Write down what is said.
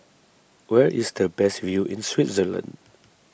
where is the best view in Switzerland